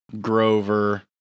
Grover